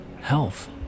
health